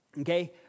okay